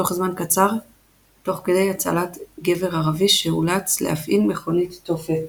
תוך זמן קצר תוך כדי הצלת גבר ערבי שאולץ להפעיל מכוניות תופת.